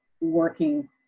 working